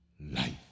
life